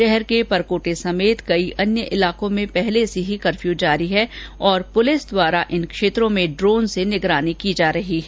शहर के परकोटे समेत कई अन्य इलाकों में पहले से ही कफर्यू जारी है तथा पुलिस द्वारा इन क्षेत्रों में ड्रोन से निगरानी की जा रही है